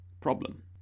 problem